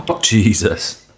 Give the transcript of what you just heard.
Jesus